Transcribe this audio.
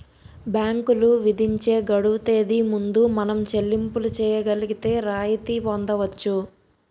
బ్యాంకులు విధించే గడువు తేదీ ముందు మనం చెల్లింపులు చేయగలిగితే రాయితీ పొందవచ్చు